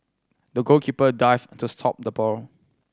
the goalkeeper dived to stop the ball